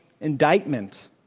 indictment